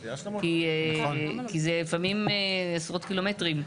כי זה לפעמים עשרות קילומטרים.